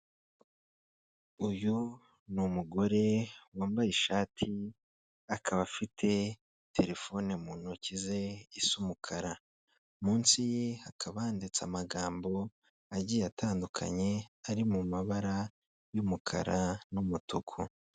Uyu ni umugore wambaye ishati, akaba afite terefone mu ntoki ze isa umukara, munsi ye hakaba handitse amagambo agiye atandukanye ari mu mabara y'umukara n'umutuku.